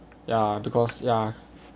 ya because ya